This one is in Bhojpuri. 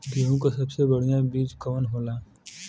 गेहूँक सबसे बढ़िया बिज कवन होला?